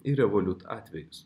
ir revolut atvejus